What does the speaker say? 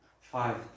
five